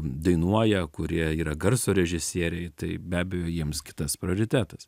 dainuoja kurie yra garso režisieriai tai be abejo jiems kitas prioritetas